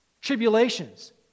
Tribulations